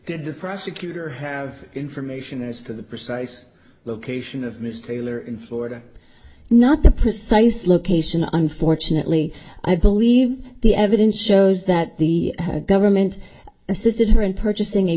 the prosecutor have information as to the precise location of mystery in florida not the precise location unfortunately i believe the evidence shows that the government assisted her in purchasing a